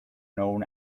known